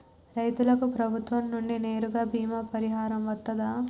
రైతులకు ప్రభుత్వం నుండి నేరుగా బీమా పరిహారం వత్తదా?